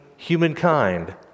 humankind